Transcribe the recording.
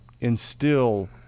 instill